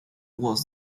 was